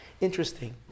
Interesting